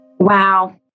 Wow